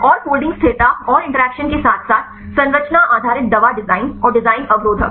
और फोल्डिंग स्थिरता और इंटरेक्शन के साथ साथ संरचना आधारित दवा डिजाइन और डिजाइन अवरोधक